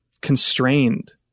constrained